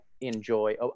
enjoy